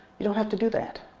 you don't have to do that,